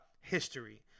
history